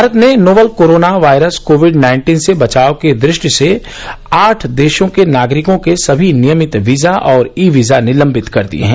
भारत ने novel corona virus covid nineteen से बचाव की दृष्टि से आठ देशों के नागरिकों के सभी नियमित वीजा और ई वीजा निलंबित कर दिये हैं